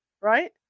Right